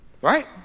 Right